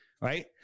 Right